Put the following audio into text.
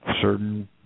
certain